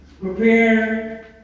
Prepare